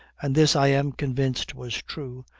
and this i am convinced was true,